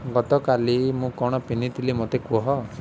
ଗତକାଲି ମୁଁ କ'ଣ ପିନ୍ଧିଥିଲି ମୋତେ କୁହ